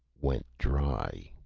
went dry.